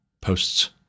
posts